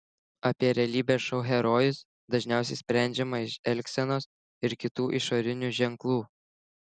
apie realybės šou herojus dažniausiai sprendžiama iš elgsenos ir kitų išorinių ženklų